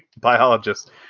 biologist